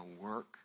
work